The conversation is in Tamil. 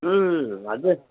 ம் அது